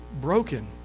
broken